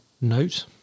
note